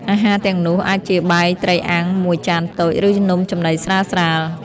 អាហារទាំងនោះអាចជាបាយត្រីអាំងមួយចានតូច ឬនំចំណីស្រាលៗ។